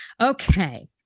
okay